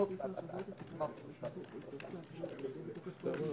ואנחנו אמורים לדחות